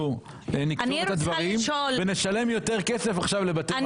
נכתוב את הדברים ונשלם יותר כסף לבתי מלון.